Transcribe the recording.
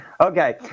Okay